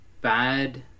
bad